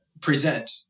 Present